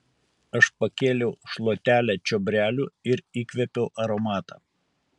aš pakėliau šluotelę čiobrelių ir įkvėpiau aromatą